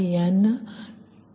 ಅದು ನಂತರ ಬರುತ್ತದೆ